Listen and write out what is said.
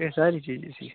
यह सारी चीज़ें सीख